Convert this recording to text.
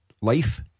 Life